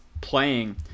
playing